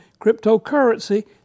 cryptocurrency